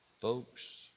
Folks